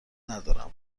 ندارم